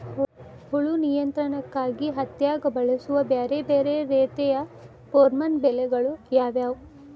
ಹುಳು ನಿಯಂತ್ರಣಕ್ಕಾಗಿ ಹತ್ತ್ಯಾಗ್ ಬಳಸುವ ಬ್ಯಾರೆ ಬ್ಯಾರೆ ರೇತಿಯ ಪೋರ್ಮನ್ ಬಲೆಗಳು ಯಾವ್ಯಾವ್?